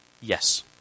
Yes